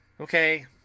Okay